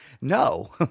no